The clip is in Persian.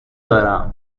دارم